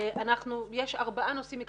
יש ארבעה נושאים עיקריים.